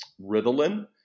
Ritalin